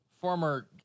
Former